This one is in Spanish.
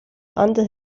antes